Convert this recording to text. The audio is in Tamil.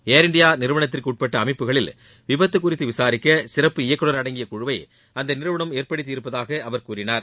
ஏர் இண்டியா நிறுவனத்திற்கு உட்பட்ட அமைப்புகளில் விபத்து குறித்து விசாரிக்க சிறப்பு இயக்குனர் அடங்கிய குழுவை அந்த நிறுவனம் ஏற்படுத்தியிருப்பதாக அவர் கூறினார்